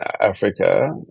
Africa